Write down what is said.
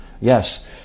yes